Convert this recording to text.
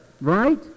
right